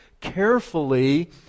carefully